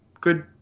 good